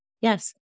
Yes